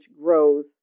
grows